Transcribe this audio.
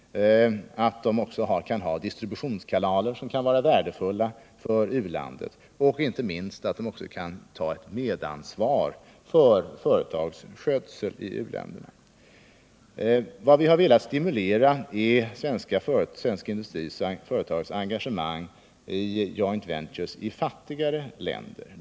De kan ha distributionskanaler som kan vara värdefulla för u-länderna själva och inte minst ta medansvar för företagsskötsel i u-länderna. Vad vi har velat stimulera är svensk industris samt svenska företags engagemang i joint ventures i fattigare länder.